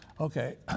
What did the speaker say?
Okay